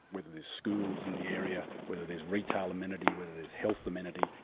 whether there's schools in the area, whether there's retail amenity, whether there's health amenity,